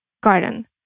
garden